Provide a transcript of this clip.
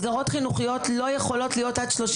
מסגרות חינוכיות לא יכולות להיות עד 36